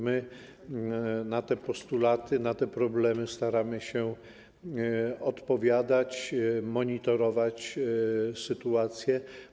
My na te postulaty, na te problemy staramy się odpowiadać, monitorować sprawę.